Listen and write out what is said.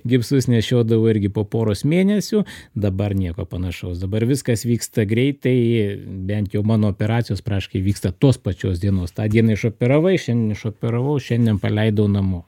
gipsus nešiodavo irgi po poros mėnesių dabar nieko panašaus dabar viskas vyksta greitai bent jau mano operacijos praktiškai vyksta tos pačios dienos tą dieną išoperavai šiandien išoperavau šiandien jau paleidau namo